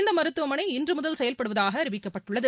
இந்த மருத்துவமனை இன்று முதல் செயல்படுவதாக அறிவிக்கப்பட்டுள்ளது